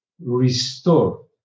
restore